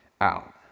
out